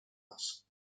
else